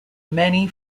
many